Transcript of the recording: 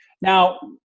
now